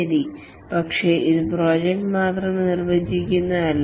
ശരി പക്ഷേ ഇത് പ്രോജക്റ്റ് മാത്രം നിർവചിക്കുന്നില്ല